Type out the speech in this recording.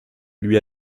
lui